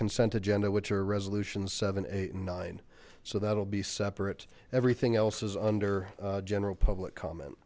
consent agenda which are resolutions seven eight and nine so that'll be separate everything else is under general public comment